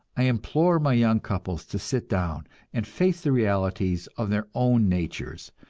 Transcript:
i implore my young couples to sit down and face the realities of their own natures,